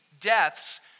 deaths